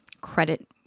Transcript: credit